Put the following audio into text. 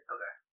Okay